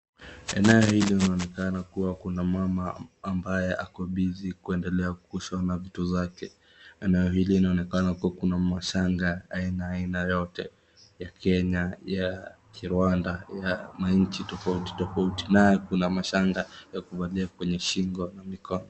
Eneo hili linaonekana kuwa kuna mama ambaye ako busy kuendelea kushona vitu zake. Eneo hili linaonekana kuwa kuna mashanga ya aina yote, ya kenya, ya Kirwanda, ya manchi tofauti tofauti nayo kuna mashanga ya kuvalia kwenye shingo na mikono.